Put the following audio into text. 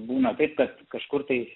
būna taip kad kažkur tai